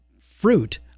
fruit